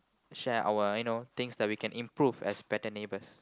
share our you know things that we can improve as better neighbours